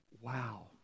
Wow